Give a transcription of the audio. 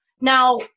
now